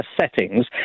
settings